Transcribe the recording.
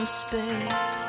space